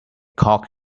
cock